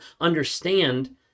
understand